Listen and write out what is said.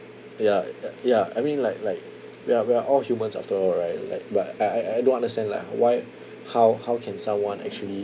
ya y~ ya I mean like like we're we're all humans after all right like but I I I don't understand like why how how can someone actually